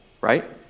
right